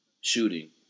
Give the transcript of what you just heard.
shooting